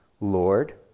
Lord